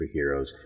superheroes